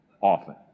often